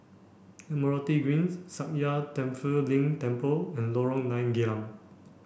Admiralty Greens Sakya Tenphel Ling Temple and Lorong nine Geylang